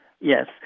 Yes